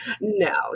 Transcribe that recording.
no